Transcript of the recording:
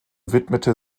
widmete